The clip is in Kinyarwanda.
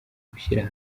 gushyira